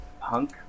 punk